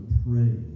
pray